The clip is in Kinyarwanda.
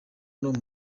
n’uwo